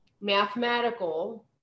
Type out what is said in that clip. mathematical